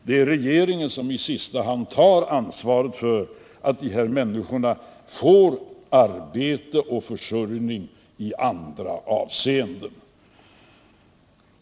Det är regeringen som i sista hand har ansvaret för att människorna får arbete och försörjning.